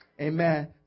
Amen